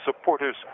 supporters